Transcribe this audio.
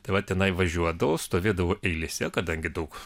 tai va tenai važiuodavau stovėdavau eilėse kadangi daug